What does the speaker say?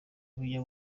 bujya